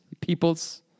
peoples